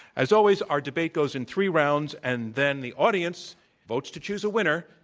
as always, our debate goes in three rounds, and then the audience votes to choose a winner,